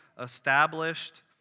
established